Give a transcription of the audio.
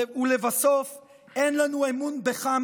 ולבסוף אין לנו אמון בך,